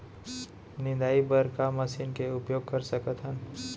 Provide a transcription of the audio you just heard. निंदाई बर का मशीन के उपयोग कर सकथन?